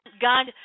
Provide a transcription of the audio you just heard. God